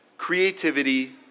creativity